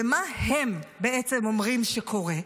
ומה הם בעצם אומרים שקורה?